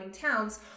towns